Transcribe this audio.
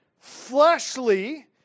fleshly